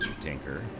Tinker